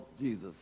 Jesus